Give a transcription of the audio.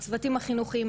בלגיטימציה לסקסטינג,